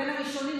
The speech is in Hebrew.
בין הראשונים,